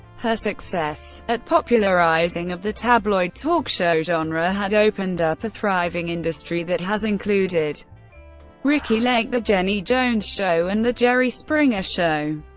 her success at popularizing of the tabloid talk show genre had opened up a thriving industry that has included ricki lake, the jenny jones show, and the jerry springer show.